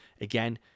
Again